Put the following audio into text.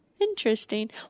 Interesting